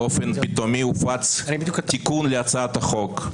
באופן פתאומי הופץ תיקון להצעת החוק,